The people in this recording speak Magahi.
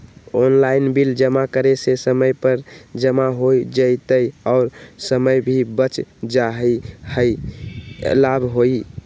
ऑनलाइन बिल जमा करे से समय पर जमा हो जतई और समय भी बच जाहई यही लाभ होहई?